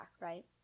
right